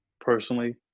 personally